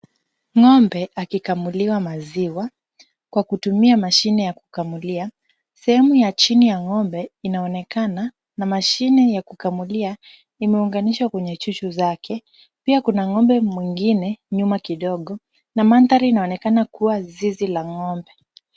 Ng'ombe akikamuliwa maziwa kwa kutumia mashine ya kukamulia. Sehemu ya chini ya ng'ombe, inaonekana na mashine ya kukamulia imeunganishwa kwenye chuchu zake, pia kuna ng'ombe mwingine nyuma kidogo na mandhari inaonekana kuwa zizi la ng'ombe.